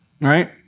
right